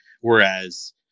Whereas